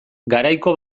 garaiko